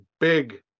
big